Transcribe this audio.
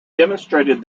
demonstrated